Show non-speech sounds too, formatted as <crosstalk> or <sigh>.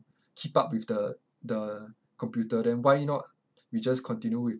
<breath> keep up with the the computer then why not we just continue with